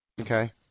Okay